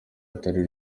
atari